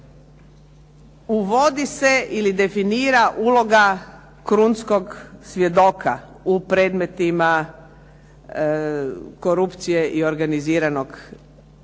uvodi se ili definira uloga krunskog svjedoka u predmetima korupcije i organiziranog kriminala,